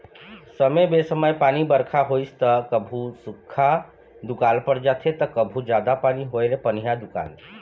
समे बेसमय पानी बरखा होइस त कभू सुख्खा दुकाल पर जाथे त कभू जादा पानी होए ले पनिहा दुकाल